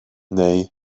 neu